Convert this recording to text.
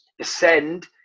ascend